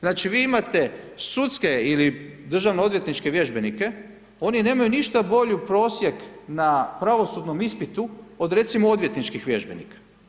Znači vi imate sudske ili državno odvjetničke vježbenike, oni nemaju ništa bolju prosjek na pravosudnom ispitu od recimo odvjetničkih vježbenika.